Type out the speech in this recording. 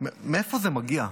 מאיפה זה מגיע?